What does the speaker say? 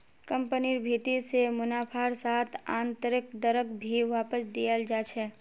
कम्पनिर भीति से मुनाफार साथ आन्तरैक दरक भी वापस दियाल जा छे